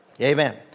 Amen